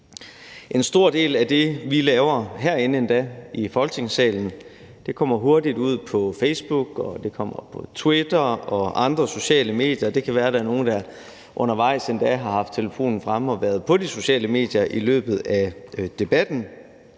En stor del af det, vi laver herinde, endda i Folketingssalen, kommer hurtigt ud på Facebook, og det kommer på Twitter og andre sociale medier. Det kan være, at der er nogen, der undervejs endda har haft telefonen fremme og været på de sociale medier i løbet af debatten.